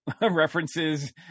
references